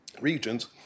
regions